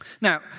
Now